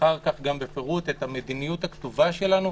אחר כך גם בפירוט את המדיניות הכתובה שלנו,